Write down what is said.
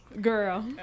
Girl